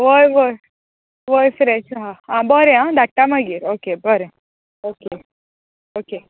वय वय वय फ्रेश आहा आं बरें हा धाडटा मागीर हा बरें ओके ओके